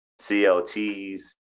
CLTs